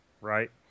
right